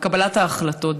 וקבלת ההחלטות,